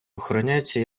охороняються